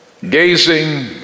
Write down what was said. gazing